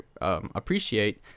Appreciate